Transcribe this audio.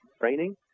training